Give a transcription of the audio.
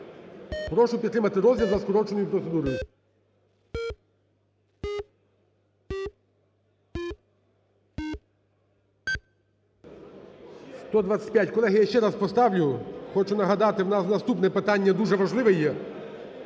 прошу підтримати розгляд за скороченою процедурою. 16:39:04 За-125 Колеги, я ще раз поставлю. Хочу нагадати, в нас наступне питання дуже важливе є